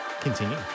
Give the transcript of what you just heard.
continue